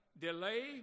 Delay